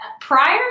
prior